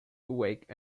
awake